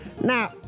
Now